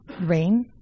rain